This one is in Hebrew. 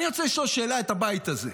אני רוצה לשאול שאלה את הבית הזה: